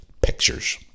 pictures